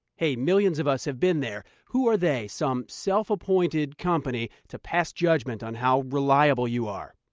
hey, millions of us have been there who are they, some self-appointed company, to pass judgment on how reliable you are?